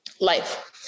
life